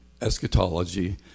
eschatology